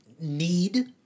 need